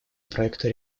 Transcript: проекта